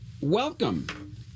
Welcome